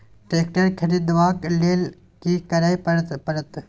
Tractor खरीदबाक लेल की करय परत?